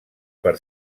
per